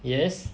yes